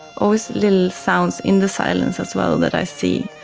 always little sounds in the silence as well that i see.